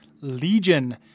legion